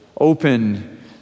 Open